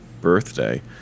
birthday